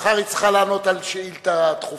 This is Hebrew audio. מחר היא צריכה לענות על שאילתא דחופה,